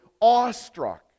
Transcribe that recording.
awestruck